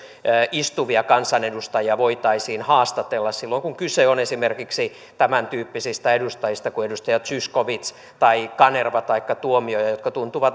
istuvia kansanedustajia voitaisiin haastatella silloin kun kyse on esimerkiksi tämäntyyppisistä edustajista kuin zyskowicz tai kanerva taikka tuomioja joiden kohdalla tuntuu